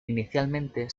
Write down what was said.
inicialmente